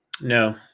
No